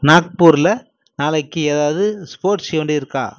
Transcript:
நாக்பூரில் நாளைக்கு ஏதாவது ஸ்போர்ட்ஸ் ஈவென்ட் இருக்கா